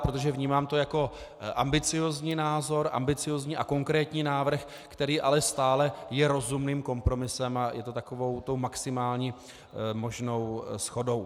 Protože to vnímám jako ambiciózní názor, ambiciózní a konkrétní návrh, který ale stále je rozumným kompromisem a je to maximální možnou shodou.